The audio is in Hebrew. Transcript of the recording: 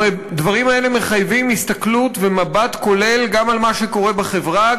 הדברים האלה מחייבים הסתכלות ומבט כולל גם על מה שקורה בחברה,